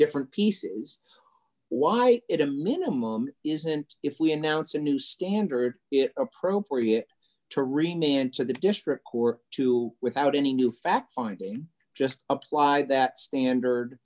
different pieces why it a minimum isn't if we announce a new standard it appropriate to rename and to the district court to without any new fact finding just apply that standard